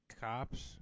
cops